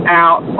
out